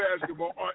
basketball